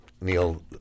Neil